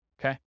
Okay